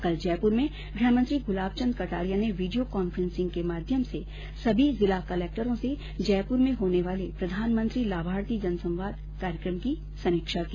कल जयपुर में गृह मंत्री गुलाब चंद कटारिया ने वीडियो कॉन्फ्रेंसिंग के माध्यम से सभी जिला कलेक्टरों से जयपूर में होने वाले प्रधानमंत्री लाभार्थी जनसंवाद कार्यक्रम की समीक्षा की